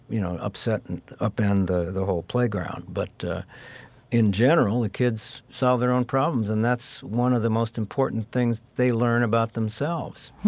you know, upset and upend the the whole playground. but in general, the kids solve their own problems. and that's one of the most important things that they learn about themselves.